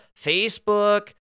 Facebook